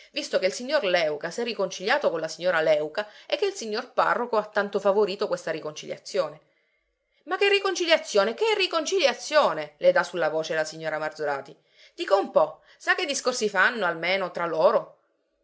visto che il signor léuca s'è riconciliato con la signora léuca e che il signor parroco ha tanto favorito questa riconciliazione ma che riconciliazione che riconciliazione le dà sulla voce la signora marzorati dica un po sa che discorsi fanno almeno tra loro